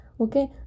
okay